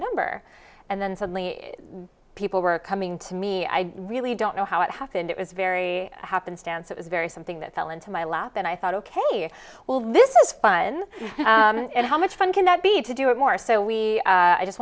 number and then suddenly people were coming to me i really don't know how it happened it was very happenstance it was very something that fell into my lap and i thought ok well this is fun and how much fun can that be to do it more so we